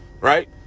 Right